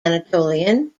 anatolian